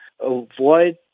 Avoid